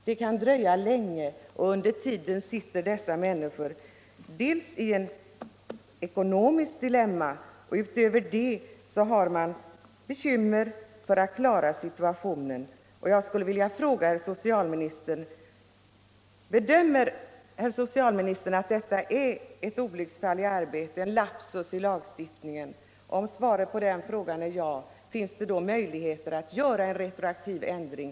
Det kan dröja länge innan denna översyn blir klar. Under tiden sitter dessa människor i ett ekonomiskt dilemma och har bekymmer med att klara situationen. Jag skulle vilja fråga herr socialministern: Bedömer herr socialministern att detta är ett olycksfall i arbetet, en lapsus i lagstiftningen? Om svaret på den frågan är ja, finns det då möjligheter att göra en retroaktiv ändring?